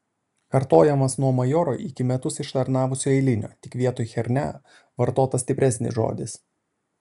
kartojamas nuo majoro iki metus ištarnavusio eilinio tik vietoj chiernia vartotas stipresnis žodis